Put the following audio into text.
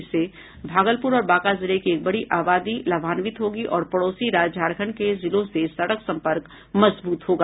इससे भागलपुर और बांका जिले की एक बड़ी आबादी लाभान्वित होगी और पड़ोसी राज्य झारखण्ड के जिलों से सड़क संपर्क मजबूत होगा